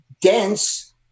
Dense